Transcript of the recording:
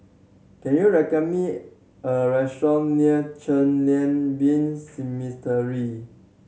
can you recommend me a restaurant near Chen Lien Been